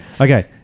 Okay